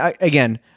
again